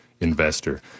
investor